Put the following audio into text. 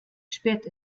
spät